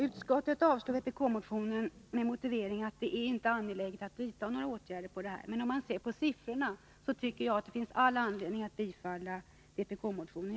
Utskottet avstyrker vpk-motionen med motiveringen att det inte är angeläget att vidta några åtgärder. Men om man ser på siffrorna, tycker jag att det finns all anledning att bifalla motionen.